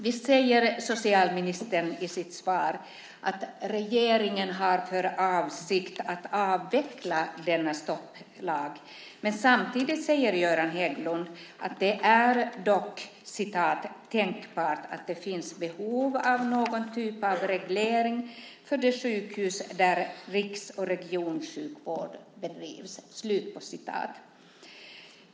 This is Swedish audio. Visst säger socialministern i sitt svar att regeringen har för avsikt att avveckla denna stopplag, men samtidigt säger Göran Hägglund att det dock är "tänkbart att det finns behov av någon typ av reglering för de sjukhus där riks och regionsjukvård bedrivs".